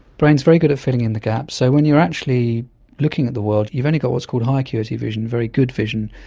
brain is very good at filling in the gaps. so when you are actually looking at the world you've only got what's called high acuity vision, very good vision,